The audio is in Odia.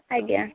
ଆଜ୍ଞା